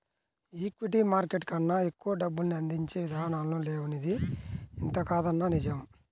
equity market కన్నా ఎక్కువ డబ్బుల్ని అందించే ఇదానాలు లేవనిది ఎంతకాదన్నా నిజం